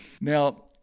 Now